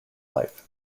life